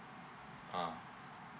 ah